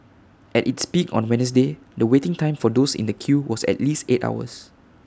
at its peak on Wednesday the waiting time for those in the queue was at least eight hours